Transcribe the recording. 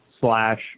slash